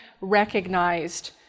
recognized